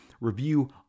review